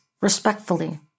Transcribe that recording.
respectfully